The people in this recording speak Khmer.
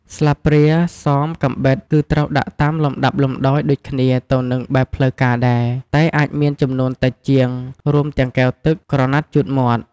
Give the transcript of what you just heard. ស្លាបព្រា សម កាំបិត គឺត្រូវដាក់តាមលំដាប់លំដោយដូចគ្នាទៅនឹងបែបផ្លូវការដែរ តែអាចមានចំនួនតិចជាង រួមទាំងកែវទឹក ក្រណាត់ជូតមាត់។